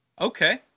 Okay